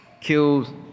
killed